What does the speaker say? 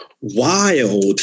wild